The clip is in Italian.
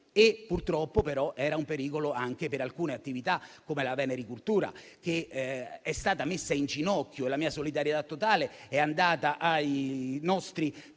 pericolo per l'ambiente e purtroppo anche per alcune attività come la venericoltura che è stata messa in ginocchio. La mia solidarietà totale è andata ai nostri pescatori